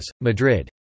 Madrid